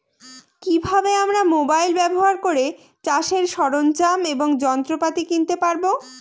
কি ভাবে আমরা মোবাইল ব্যাবহার করে চাষের সরঞ্জাম এবং যন্ত্রপাতি কিনতে পারবো?